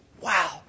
wow